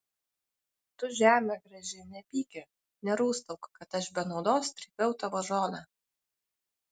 tu žeme graži nepyki nerūstauk kad aš be naudos trypiau tavo žolę